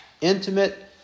intimate